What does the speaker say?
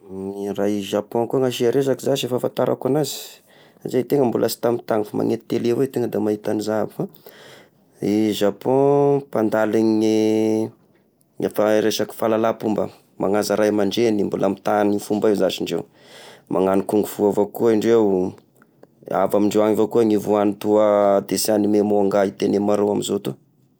Ny raha i Japon koa ny asi resaka zashy i fahafantarako agnazy, satria i tegna sy mbola tamy tagny fa magnety tele avao tegna da mahita agnizao aby fa, i Japon mpandaligny ny fa-ny resaky fahalalam-pomba manaza ray aman-dreny, mbola mitahy ny fomba io zashy indreo, magnano kung fu avao koa indreo, avy amy indreo avao ko nivoaha ny toa dissin animé manga hita egny maro amy zao toa.